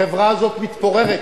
החברה הזאת מתפוררת.